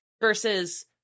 versus